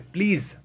Please